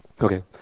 okay